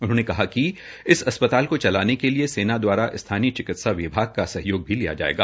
उन्होंने कहा कि इस अस्पताल को चलाने के लिए सेना दवारा स्थानीय चिकित्सा विभाग का सहयोग भी लिया जायेगा